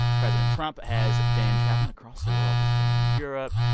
president trump has been traveling across the world. he's been in europe.